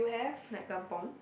like kampung